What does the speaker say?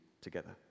together